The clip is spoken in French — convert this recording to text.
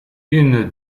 une